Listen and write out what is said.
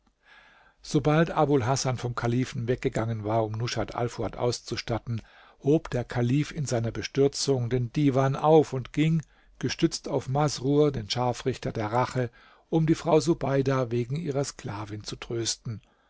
sobald abul hasan vom kalifen weggegangen war um rushat alfuad auszustatten hob der kalif in seiner bestürzung den divan auf und ging gestützt auf masrur den scharfrichter der rache um die frau subeida wegen ihrer sklavin zu trösten